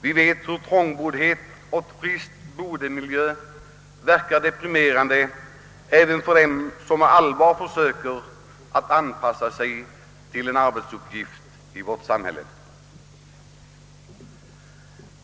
Vi vet hur trångboddhet och trist boendemiljö verkar deprimerande även på dem som med allvar försöker anpassa sig till en arbetsuppgift i vårt samhälle.